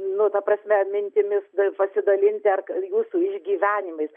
nu ta prasme mintimis pasidalinti ar jūsų išgyvenimais